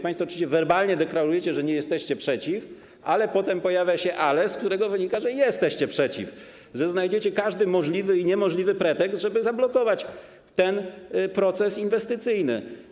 Państwo oczywiście werbalnie deklarujecie, że nie jesteście przeciw, ale potem pojawia się ale, z którego wynika, że jesteście przeciw, że znajdziecie każdy możliwy i niemożliwy pretekst, żeby zablokować ten proces inwestycyjny.